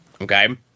Okay